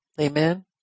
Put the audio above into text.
Amen